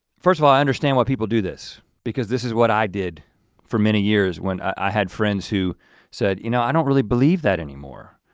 first of all i understand why people do this because this is what i did for many years when i had friends who said you know, i don't really believe that anymore.